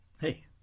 Hey